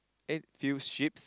eh few sheeps